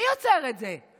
מי עוצר את זה?